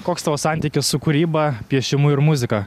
koks tavo santykis su kūryba piešimu ir muzika